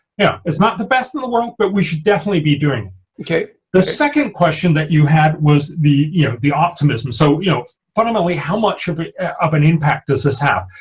yeah, it's not the best in the world but we should definitely be doing okay, the second question that you had was the you know the optimism so you know fundamentally how much of an impact does this have?